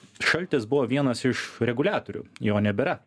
šaltis buvo vienas iš reguliatorių jo nebėra